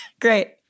Great